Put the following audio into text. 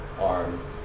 arm